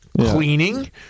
cleaning